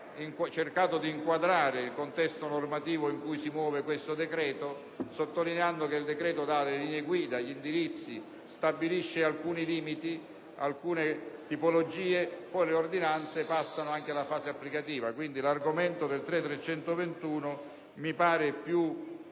cercato di inquadrare il contesto normativo in cui si muove questo decreto, sottolineando che esso dà le linee guida e gli indirizzi, stabilisce alcuni limiti e tipologie e poi le ordinanze passano alla fase applicativa. L'argomento dell'emendamento